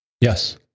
Yes